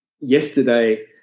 yesterday